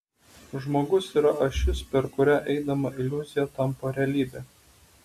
žmogus yra ašis per kurią eidama iliuzija tampa realybe